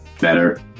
better